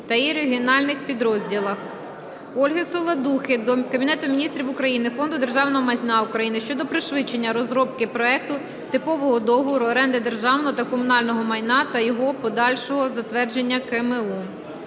та її регіональних підрозділах. Ольги Саладухи до Кабінету Міністрів України, Фонду державного майна України щодо пришвидшення розробки проекту Типового договору оренди державного та комунального майна та його подальшого затвердження КМУ.